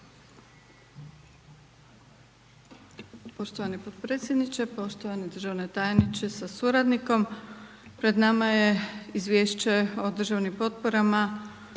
Hvala.